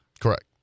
Correct